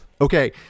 okay